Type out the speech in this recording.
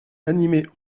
animée